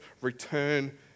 return